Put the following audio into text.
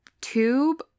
tube